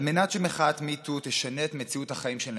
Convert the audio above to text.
על מנת שמחאת MeToo תשנה את מציאות החיים של נשים,